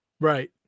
Right